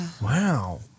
Wow